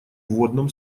вводном